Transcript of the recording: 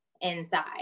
inside